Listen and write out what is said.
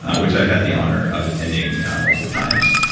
which i've had the honor of attending multiple times.